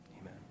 Amen